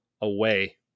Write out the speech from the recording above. away